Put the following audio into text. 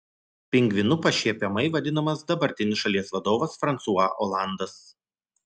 pingvinu pašiepiamai vadinamas dabartinis šalies vadovas fransua olandas